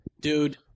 Dude